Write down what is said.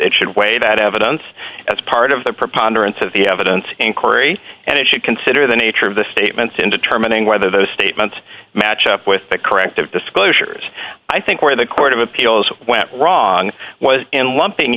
it should weigh that evidence as part of the preponderance of the evidence inquiry and it should consider the nature of the statements in determining whether those statements match up with the corrective disclosures i think where the court of appeals went wrong was in lumping